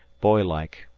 boylike,